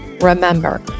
Remember